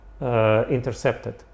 intercepted